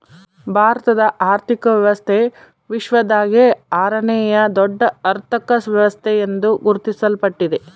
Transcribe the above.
ಭಾರತದ ಆರ್ಥಿಕ ವ್ಯವಸ್ಥೆ ವಿಶ್ವದಾಗೇ ಆರನೇಯಾ ದೊಡ್ಡ ಅರ್ಥಕ ವ್ಯವಸ್ಥೆ ಎಂದು ಗುರುತಿಸಲ್ಪಟ್ಟಿದೆ